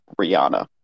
Rihanna